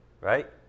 right